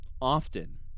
often